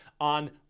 on